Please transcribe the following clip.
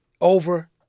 over